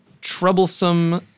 troublesome